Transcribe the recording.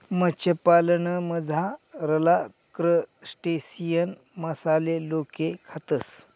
मत्स्यपालनमझारला क्रस्टेशियन मासाले लोके खातस